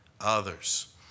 others